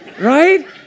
right